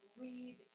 read